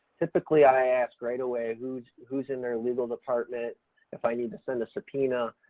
typically i ask right away who's, who's in their legal department if i need to send a subpoena,